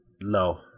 No